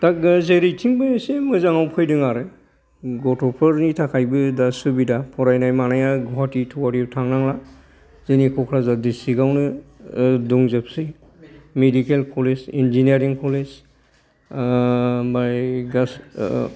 दा जेरैथिंबो एसे मोजाङाव फैदों आरो गथ'फोरनि थाखायबो दा सुबिदा फरायनाय मानाया गुवाहाटि थहाथियाव थांनांला जोंनि क'क्राझार दिसट्रिक्ट आवनो दंजोबसै मेदिकेल कलेज इनजिनियारिं कलेज ओमफ्राय